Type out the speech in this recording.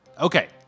Okay